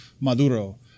Maduro